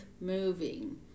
moving